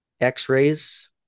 X-rays